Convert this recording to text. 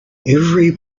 every